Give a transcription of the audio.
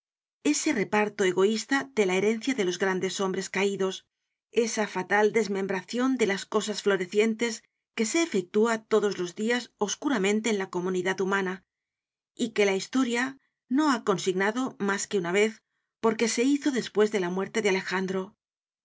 ese reparto egoista de la herencia delos grandes hombres caidos esa fatal desmembracion de las cosas florecientes que se efectúa todos los dias oscuramente en la comunidad humana y que la historia no ha consignado mas que una vez porque se hizo despues de la muerte de alejandro